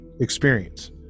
experience